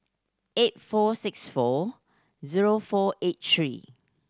eight four six four zero four eight three